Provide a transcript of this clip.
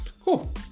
Cool